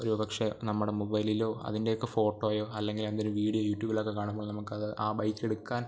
ഒരുപക്ഷേ നമ്മുടെ മൊബൈലിലോ അതിൻറെ ഒക്കെ ഫോട്ടോയോ അല്ലെങ്കിൽ അതിൻറെ ഒരു വീഡിയോ യൂട്യൂബിലൊക്കെ കാണുമ്പോൾ നമുക്കത് ആ ബൈക്ക് എടുക്കാൻ